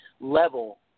level